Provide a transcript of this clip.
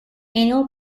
annual